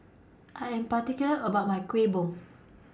I Am particular about My Kueh Bom